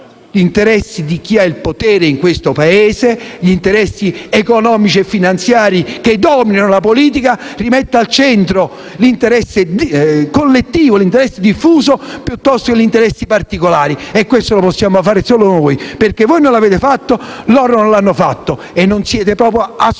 gli interessi di chi ha il potere in Italia (gli interessi economici e finanziari che dominano la politica) rimetta al centro l'interesse collettivo e diffuso piuttosto che gli interessi particolari. Questo lo possiamo fare solo noi, perché voi non lo avete fatto come non lo hanno fatto gli altri e non siete assolutamente